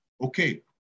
Okay